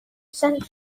sent